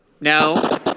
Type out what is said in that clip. No